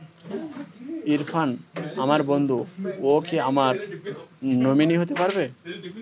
ইরফান আমার বন্ধু ও কি আমার নমিনি হতে পারবে?